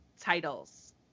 titles